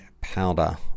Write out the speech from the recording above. powder